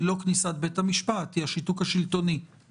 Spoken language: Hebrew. לא כניסת בית המשפט אלא היא השיתוק השלטוני.